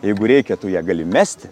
jeigu reikia tu ją gali mesti